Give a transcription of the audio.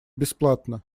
бесплатно